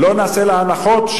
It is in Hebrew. לא נעשה לה הנחות,